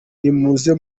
nimuze